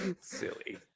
Silly